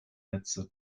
netze